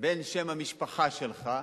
בין שם המשפחה שלך,